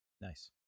Nice